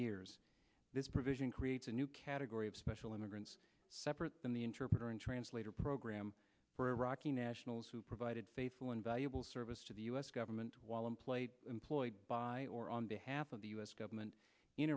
years this provision creates a new category of special immigrants separate from the interpreter and translator program for iraqi nationals who provided faithful invaluable service to the u s government while i'm played employed by or on behalf of the u s government in